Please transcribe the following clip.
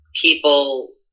people